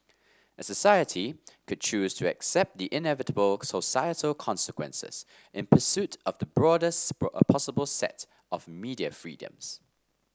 a society could choose to accept the inevitable societal consequences in pursuit of the broadest a possible set of media freedoms